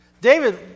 David